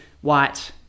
white